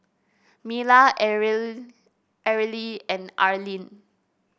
Mila Areli Areli and Arleen